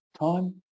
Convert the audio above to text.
time